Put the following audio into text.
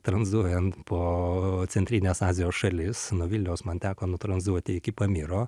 tranzuojant po centrinės azijos šalis nuo vilniaus man teko nutranzuoti iki pamyro